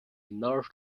north